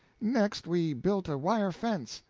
next, we built a wire fence.